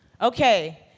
Okay